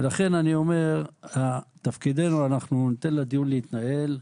אנחנו ניתן לדיון להתנהל,